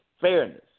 fairness